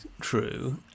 true